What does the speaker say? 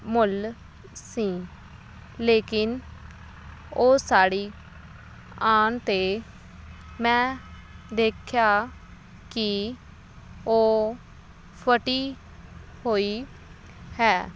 ਮੁੱਲ ਸੀ ਲੇਕਿਨ ਉਹ ਸਾੜੀ ਆਉਣ 'ਤੇ ਮੈਂ ਦੇਖਿਆ ਕਿ ਉਹ ਫਟੀ ਹੋਈ ਹੈ